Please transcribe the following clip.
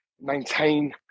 maintain